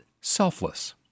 selfless